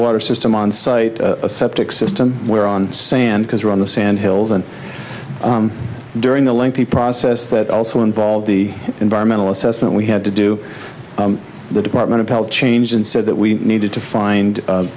water system on site septic system where on sand because around the sand hills and during the lengthy process that also involved the environmental assessment we had to do the department of health change and said that we needed to find